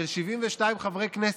של 72 חברי כנסת,